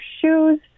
shoes